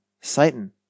Satan